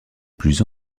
plus